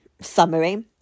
summary